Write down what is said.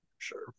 sure